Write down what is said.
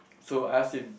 so I was in